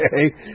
Okay